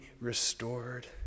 restored